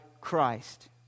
Christ